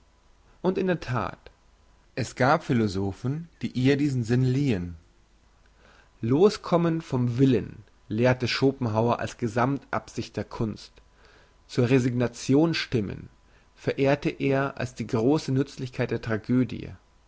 und in der that es gab philosophen die ihr diesen sinn liehn loskommen vom willen lehrte schopenhauer als gesammt absicht der kunst zur resignation stimmen verehrte er als die grosse nützlichkeit der